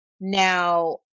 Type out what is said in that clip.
Now